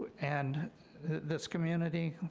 and this community,